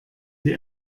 die